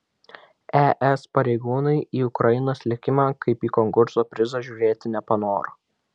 es pareigūnai į ukrainos likimą kaip į konkurso prizą žiūrėti nepanoro